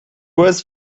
was